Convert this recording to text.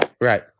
Right